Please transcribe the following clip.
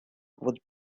would